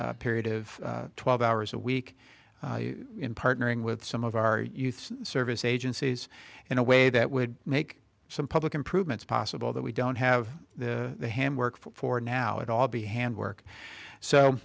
a period of twelve hours a week in partnering with some of our youth service agencies in a way that would make some public improvements possible that we don't have him work for now it all be hand work so